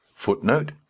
Footnote